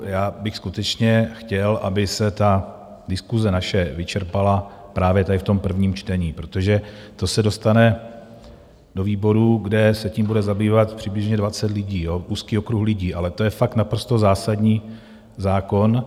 Já bych skutečně chtěl, aby se ta naše diskuse vyčerpala právě tady, v prvním čtení, protože to se dostane do výborů, kde se tím bude zabývat přibližně dvacet lidí, úzký okruh lidí, ale to je fakt naprosto zásadní zákon.